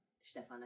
Stefan